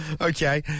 Okay